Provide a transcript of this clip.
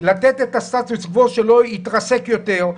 ראשית,